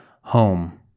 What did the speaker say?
Home